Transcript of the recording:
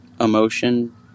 emotion